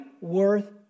worth